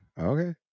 okay